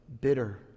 bitter